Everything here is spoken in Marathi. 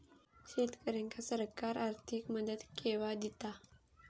शेतकऱ्यांका सरकार आर्थिक मदत केवा दिता?